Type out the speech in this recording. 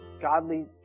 Godly